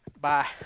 Bye